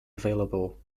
available